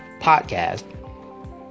podcast